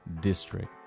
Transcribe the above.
district